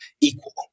equal